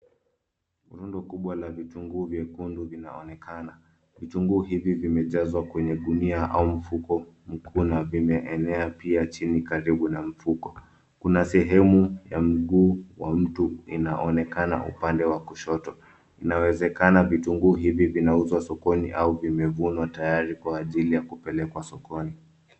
Rundo kubwa la vitunguu vyekundu vinaonekana. Vitunguu hivi vimejazwa kwenye gunia au mfuko mkuu na vimeenea chini pia karibu na mfuko. Kuna sehemu ya mguu wa mtu inaonekana upande wa kushoto. Inawezekana vitunguu hivi vinauzwa sokoni au vimevunwa tayari kwa ajili ya kupelekwa sokoni.